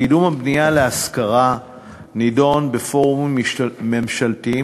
קידום הבנייה להשכרה נדון בפורומים ממשלתיים